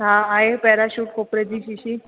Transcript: हा आहे पैराशूट खोपिरे जी शीशी